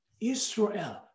Israel